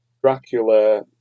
Dracula